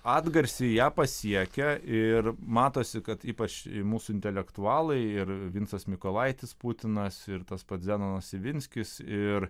atgarsį ją pasiekia ir matosi kad ypač mūsų intelektualai ir vincas mykolaitis putinas ir tas pats zenonas ivinskis ir